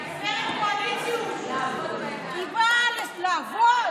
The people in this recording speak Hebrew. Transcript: היא באה לעבוד,